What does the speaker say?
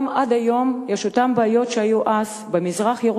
עד היום יש אותן בעיות שהיו אז במזרח-ירושלים,